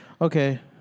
Okay